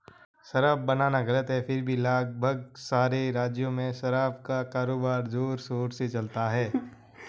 शराब बनाना गलत है फिर भी लगभग सारे राज्यों में शराब का कारोबार बड़े जोरशोर से चलता है